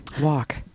Walk